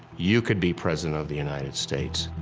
you could be president of the united states.